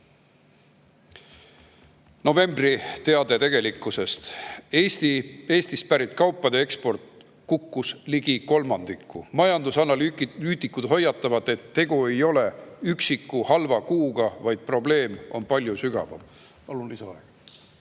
Novembri teade tegelikkusest: "Eestist pärit kaupade eksport kukkus ligi kolmandiku: majandusanalüütikud hoiatavad, et tegu ei ole üksiku halva kuuga, vaid probleem on palju sügavam". Palun lisaaega.